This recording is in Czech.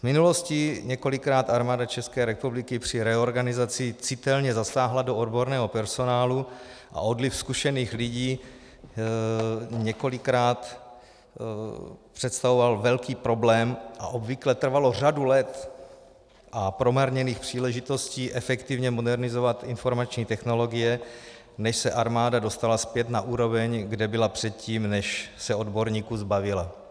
V minulosti několikrát Armáda České republiky při reorganizaci citelně zasáhla do odborného personálu a odliv zkušených lidí několikrát představoval velký problém a obvykle trvalo řadu let a promarněných příležitostí efektivně modernizovat informační technologie, než se armáda dostala zpět na úroveň, kde byla před tím, než se odborníků zbavila.